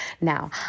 Now